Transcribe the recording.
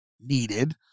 needed